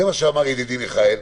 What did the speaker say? זה מה שאמר ידידי מיכאל.